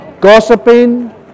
gossiping